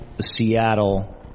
Seattle